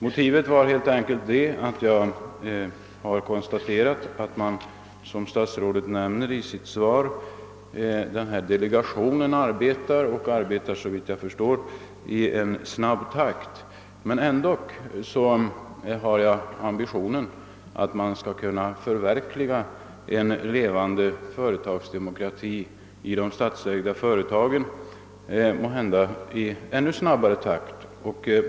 Motivet var helt enkelt att jag har konstaterat att — som statsrådet nämner i sitt svar — denna delegation arbetar, såvitt jag förstår, i en snabb takt. Ändock har jag ambitionen att man skall kunna förverkliga en levande företagsdemokrati i de statsägda företagen i måhända ännu snabbare takt.